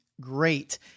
great